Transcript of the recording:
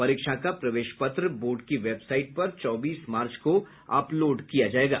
परीक्षा का प्रवेश पत्र बोर्ड की वेबसाइट पर चौबीस मार्च को अपलोड किया जायेगा